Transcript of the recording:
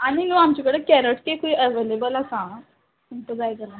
आनी आमचे कडेन कॅरट केकूय अवेलेबल आसा हां तुमकां जाय जाल्या